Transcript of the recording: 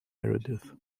meredith